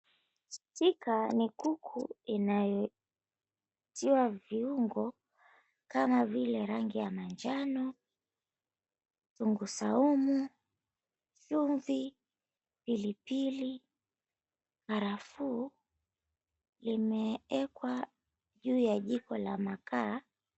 Choka ni kuku inayotiwa viungo kama vile rangi ya manjano ,kitungu saumu, chumvi, pilipili. Karafuu limewlekwa juu ya jiko la makaa.